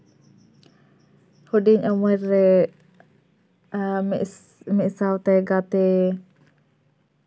ᱦᱩᱰᱤᱹᱧ ᱩᱢᱮᱨ ᱨᱮ ᱮᱸᱜ ᱢᱤᱫ ᱥᱟᱶᱛᱮ ᱜᱟᱛᱮ